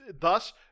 thus